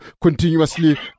continuously